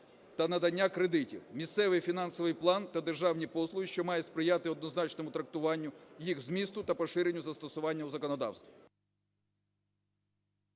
та надання кредитів", "місцевий і фінансовий план" та "державні послуги", що мають сприяти однозначному трактуванню їх змісту та поширенню застосування у законодавстві.